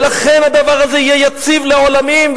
ולכן הדבר הזה יהיה יציב לעולמים,